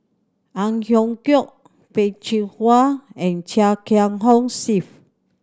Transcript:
Ang Hiong Chiok Peh Chin Hua and Chia Kiah Hong Steve